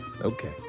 Okay